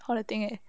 poor thing eh